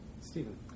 Stephen